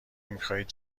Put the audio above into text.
میخواهید